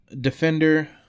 Defender